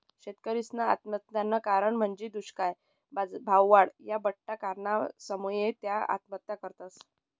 शेतकरीसना आत्महत्यानं कारण म्हंजी दुष्काय, भाववाढ, या बठ्ठा कारणसमुये त्या आत्महत्या करतस